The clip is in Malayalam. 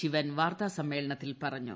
ശിവൻ വാർത്താ സമ്മേളനത്തിൽ പറഞ്ഞു